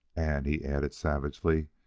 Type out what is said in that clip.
and, he added savagely,